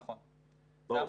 נכון, פעמיים.